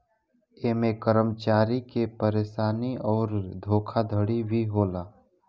ऐमे कर्मचारी के परेशानी अउर धोखाधड़ी भी होला